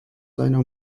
seiner